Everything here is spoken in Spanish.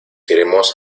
iremos